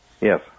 Yes